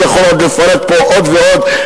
אני יכול לפרט פה עוד ועוד,